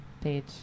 page